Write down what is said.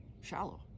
shallow